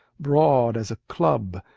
broad as a club,